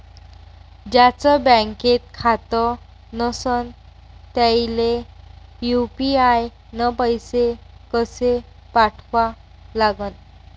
ज्याचं बँकेत खातं नसणं त्याईले यू.पी.आय न पैसे कसे पाठवा लागन?